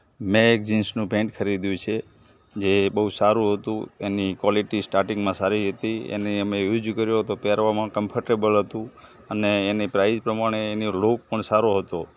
મેં એક જીન્સનું પેન્ટ ખરીદ્યું છે જે બહુ સારું હતું એની ક્વોલિટી સ્ટાર્ટિંગમાં સારી હતી એને અમે યુઝ કર્યો હતો પહેરવામાં કમ્ફર્ટેબલ હતું અને એની પ્રાઈઝ પ્રમાણે એની લૂક પણ સારો હતો